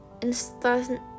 instant